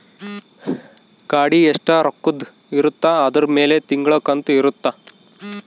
ಗಾಡಿ ಎಸ್ಟ ರೊಕ್ಕದ್ ಇರುತ್ತ ಅದುರ್ ಮೇಲೆ ತಿಂಗಳ ಕಂತು ಇರುತ್ತ